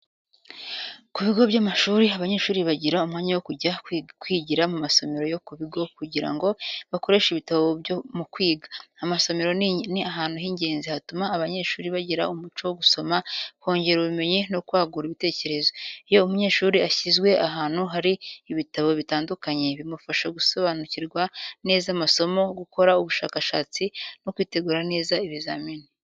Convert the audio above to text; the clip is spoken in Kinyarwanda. Ku bigo by’amashuri, abanyeshuri bagira umwanya wo kujya kwigira mu masomero yo ku bigo kugira ngo bakoreshe ibitabo mu kwiga. Amasomero ni ahantu h’ingenzi hatuma abanyeshuri bagira umuco wo gusoma, kongera ubumenyi, no kwagura ibitekerezo. Iyo umunyeshuri ashyizwe ahantu hari ibitabo bitandukanye, bimufasha gusobanukirwa neza amasomo, gukora ubushakashatsi no kwitegura neza ibizamini.